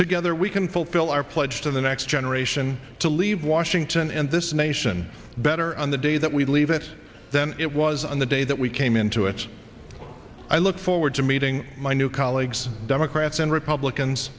to gether we can fulfill our pledge to the next generation to leave washington and this nation better on the day that we leave it then it was on the day that we came into it i look forward to meeting my new colleagues democrats and republicans